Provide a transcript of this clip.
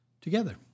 Together